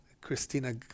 Christina